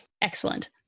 Excellent